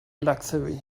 luxury